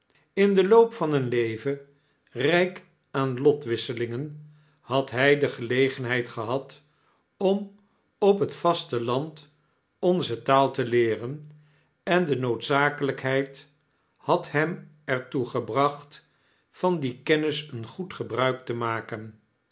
in den loop van een leven ryk aan lotwisselingen had hij gelegenheid gehad om op het vasteland onze taal te leeren en de noodzakelijkheid had hem er toe gebracht van die kennis een goed gebruik te maken